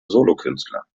solokünstler